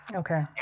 okay